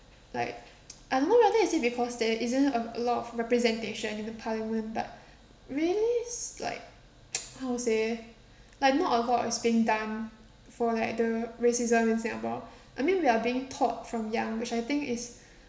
like I don't know whether is it because there isn't a a lot of representation in the parliament but really is like how to say like not a lot is being done for like the racism in singapore I mean we are being taught from young which I think is